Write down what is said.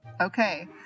Okay